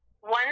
One